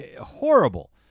horrible